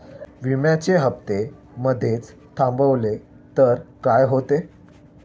विम्याचे हफ्ते मधेच थांबवले तर काय होते?